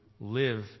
live